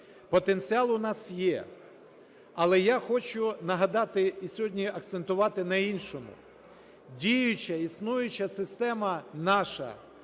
Потенціал у нас є, але я хочу нагадати і сьогодні акцентувати на іншому. Діюча, існуюча система наша